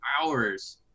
hours